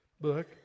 book